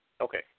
Okay